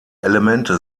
elemente